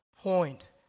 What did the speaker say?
point